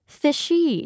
fishy